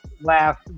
laugh